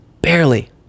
barely